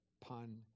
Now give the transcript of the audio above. pun